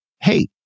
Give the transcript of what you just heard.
Hey